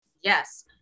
Yes